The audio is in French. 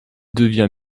devient